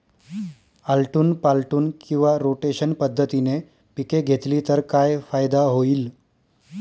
आलटून पालटून किंवा रोटेशन पद्धतीने पिके घेतली तर काय फायदा होईल?